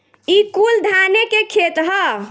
ई कुल धाने के खेत ह